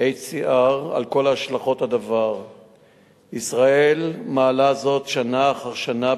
זה שדבר שהוא חמור לא פחות,